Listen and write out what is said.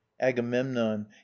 agamemnon